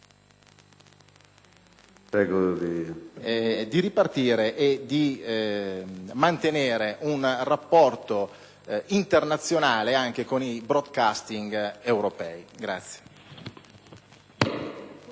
per poter ripartire e mantenere un rapporto internazionale anche con i *broadcasting* europei.